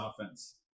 offense